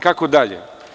Kako dalje?